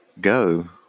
go